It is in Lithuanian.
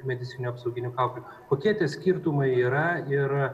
medicininių apsauginių kaukių kokie tie skirtumai yra ir